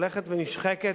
הולכת ונשחקת,